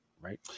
Right